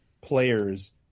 player's